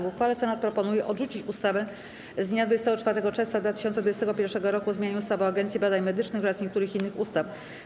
W uchwale Senat proponuje odrzucić ustawę z dnia 24 czerwca 2021 r. o zmianie ustawy o Agencji Badań Medycznych oraz niektórych innych ustaw.